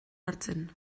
hartzen